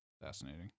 Fascinating